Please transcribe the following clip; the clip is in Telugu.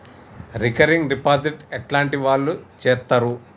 రికరింగ్ డిపాజిట్ ఎట్లాంటి వాళ్లు చేత్తరు?